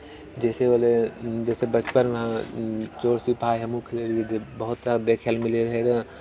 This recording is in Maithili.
जैसे होलै जैसे बचपनमे चोर सिपाही हमहुँ खेलै रहिए बहुत रास देखै लऽ मिलै रहए